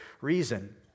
reason